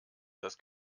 das